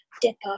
Dipper